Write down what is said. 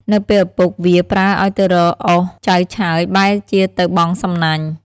នៅពេលឪពុកវាប្រើឱ្យទៅរកឪសចៅឆើយបែរជាទៅបង់សំណាញ់ ។